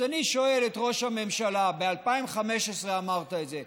אז אני שואל את ראש הממשלה: ב-2015 אמרת את זה,